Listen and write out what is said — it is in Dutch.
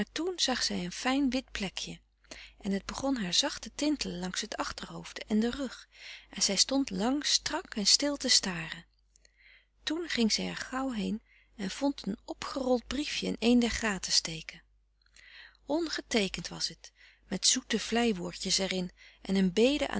toen zag zij een fijn wit plekje frederik van eeden van de koele meren des doods en het begon haar zacht te tintelen langs het achterhoofd en den rug en zij stond lang strak en stil te staren toen ging zij gauw er heen en vond een opgerold briefje in een der gaten steken ongeteekend was het met zoete vlei woordjes er in en een bede